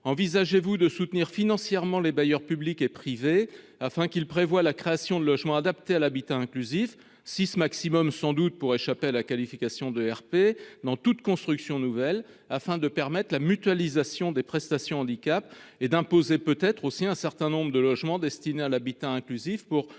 Envisagez-vous de soutenir financièrement les bailleurs publics et privés afin qu'il prévoit la création de logements adaptés à l'habitat inclusif six maximum. Sans doute pour échapper à la qualification de RP dans toute construction nouvelle afin de permettre la mutualisation des prestations handicap et d'imposer peut être aussi un certain nombre de logements destinés à l'habitat inclusif pour chaque